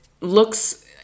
looks